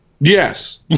yes